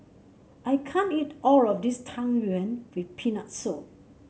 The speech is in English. I can't eat all of this Tang Yuen with Peanut Soup